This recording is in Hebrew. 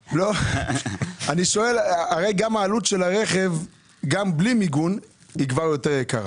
הרי גם העלות של הרכב גם בלי מיגון היא כבר יותר יקרה,